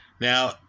now